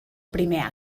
primer